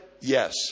Yes